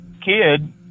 kid